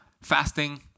fasting